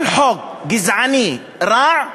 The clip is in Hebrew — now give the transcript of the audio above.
כל חוק גזעני רע,